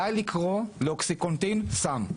די לקרוא לאקסיקונטין סם.